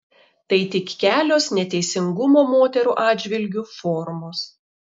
tai tik kelios neteisingumo moterų atžvilgiu formos